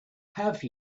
have